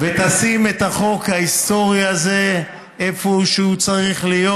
ותשים את החוק ההיסטורי הזה איפה שהוא צריך להיות.